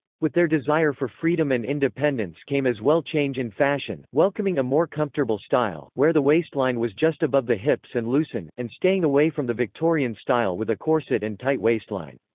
with their desire for freedom and independence came as well change in fashion, welcoming a more comfortable style, where the waistline was just above the hips and loosen, and staying away from the victorian style with a corset and tight waistline.